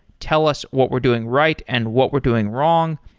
tell us what we're doing right and what we're doing wrong,